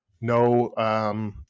no